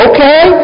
Okay